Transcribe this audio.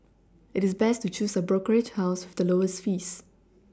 it is best to choose a brokerage house with the lowest fees